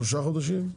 שלושה חודשים?